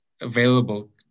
available